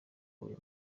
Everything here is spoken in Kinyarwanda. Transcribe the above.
uri